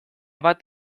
bat